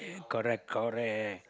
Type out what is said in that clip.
correct correct